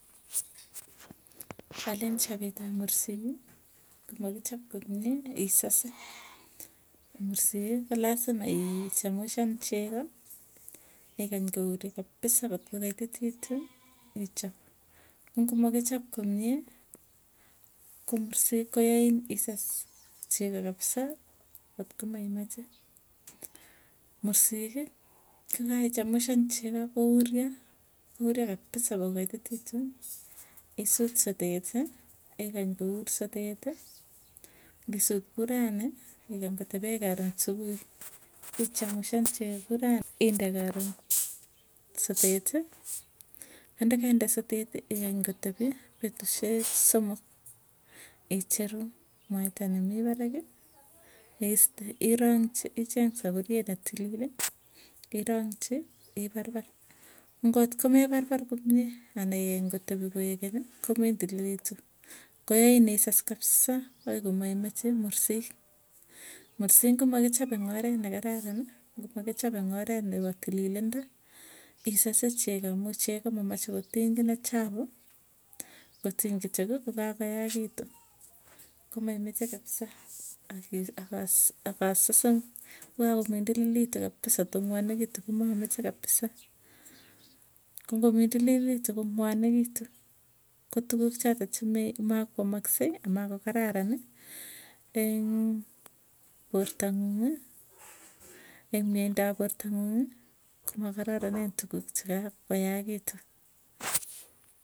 Alen chapet ap mursiki, komakichap komie isase. Ko mursiki kolasima iichamushan chego, igany kouryo kapisa kotko kaitititu ichop. Ko ngo makichop komie ko mursik ko yain isas, chego kabsaa kotko maimache. Mursiki kokaichamushan chego kouryo kouryo kapisa kokaitititu, isut soteti igany kour soteti, ngisut kuu ranii igany kotepi akoi karoon supui. Ichamushan chego kuu rani inde karoon, soteti ko ndakainde ikany kotepi petusyek somok, icheru mwaita nemii paraki neiste iangchi icheng sapuriet netilili, irongchi iparpar ngotko meparpar komie ana igany kotepi koegenyi komindililitu, koyain isas kabsa akoi komaimeche mursik. Mursik ngomakichop ing oret nekararani, ngomakichop eng oret nepo tililindo isase chego amuu chegoo mamache kotengen ak chapu, ngotiny kityoki kokakoyakitu komaimeche kapsa. akasase kokakomindililitu kapisa tongwanekitu komameche kapisa, ko ngo mindililitu kongwanekituko tukuk chotok chemee chemakwamaksei amako kararani eng porta nguung'ii eng mieindop portanguung'ii, komakararanen tuguk chika koyagitu